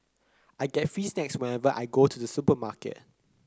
I get free snacks whenever I go to the supermarket